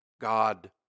God